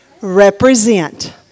represent